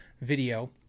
video